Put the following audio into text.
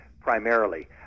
primarily